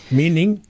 meaning